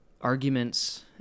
Arguments